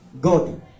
God